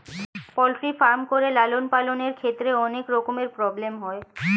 poultry farm করে লালন পালনের ক্ষেত্রে অনেক রকমের প্রব্লেম হয়